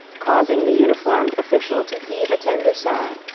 causing the uniformed official to heave a tender sigh.